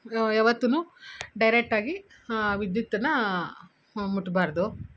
ಯಾವತ್ತೂ ಡೈರೆಕ್ಟ್ ಆಗಿ ವಿದ್ಯುತ್ತನ್ನು ಮುಟ್ಟಬಾರ್ದು